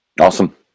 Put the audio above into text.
Awesome